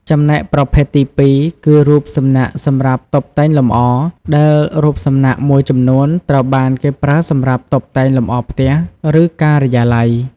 ចំណែកប្រភេទទីពីរ គឺរូបសំណាកសម្រាប់តុបតែងលម្អ ដែលរូបសំណាកមួយចំនួនត្រូវបានគេប្រើសម្រាប់តុបតែងលម្អផ្ទះ ឬការិយាល័យ។